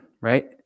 right